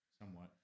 Somewhat